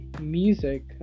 music